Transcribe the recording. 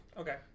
okay